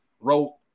wrote